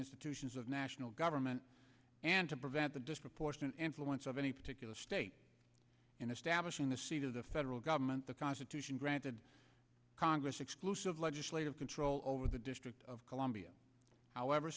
institutions of national government and to prevent the disproportionate influence of any particular state in establishing the seat of the federal government the constitution granted congress exclusive legislative control over the district of columbia however